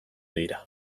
dira